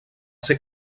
ser